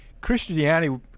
Christianity